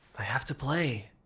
i have to play.